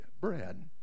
bread